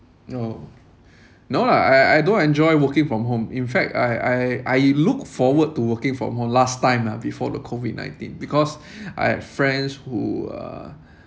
no no lah I I don't enjoy working from home in fact I I I look forward to working from home last time lah before the COVID nineteen because I have friends who uh